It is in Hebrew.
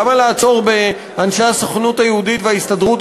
למה לעצור באנשי הסוכנות היהודית וההסתדרות